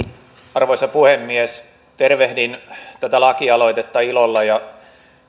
arvoisa puhemies tervehdin tätä lakialoitetta ilolla ja